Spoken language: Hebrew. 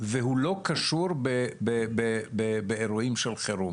והוא לא קשור באירועים של חירום.